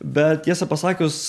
bet tiesą pasakius